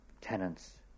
tenants